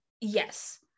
yes